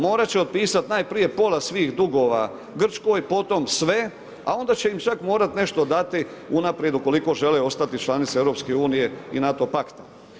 Morati će otpisati najprije pola svih dugova Grčkoj, potom sve, a onda će im čak morati nešto dati unaprijed ukoliko želi ostati članica EU i NATO pakta.